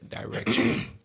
direction